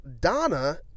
Donna